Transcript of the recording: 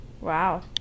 Wow